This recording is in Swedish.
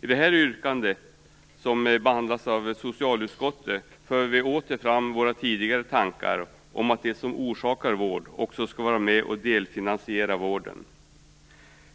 I yrkandet, som har behandlats av socialutskottet, för vi åter fram våra tidigare tankar att om att det som orsakar vård också skall vara med och delfinansiera vården.